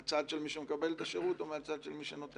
מהצד של מי שמקבל את השירות או מהצד של מי שנותן.